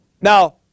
Now